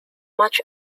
much